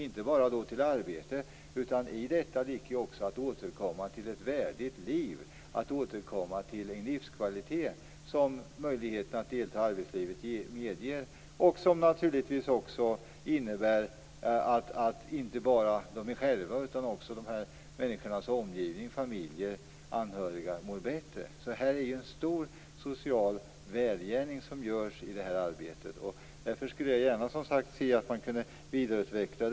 Det gäller dessutom att återkomma till ett värdigt liv, att återfå den livskvalitet som deltagandet i arbetslivet ger. Detta innebär naturligtvis också att inte bara dessa personer själva utan också människor i deras omgivning, familjer och anhöriga, mår bättre. Det är alltså en stor social välgärning som görs i det här arbetet. Jag skulle som sagt gärna se att det kunde vidareutvecklas.